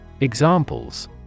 Examples